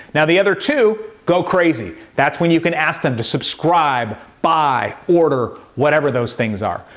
now the other two, go crazy, that's when you can ask them to subscribe, buy, order, whatever those things are.